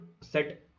set